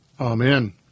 Amen